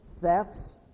thefts